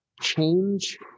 change